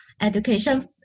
education